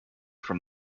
from